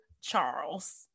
Charles